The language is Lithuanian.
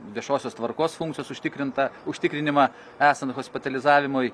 viešosios tvarkos funkcijos užtikrinta užtikrinimą esant hospitalizavimui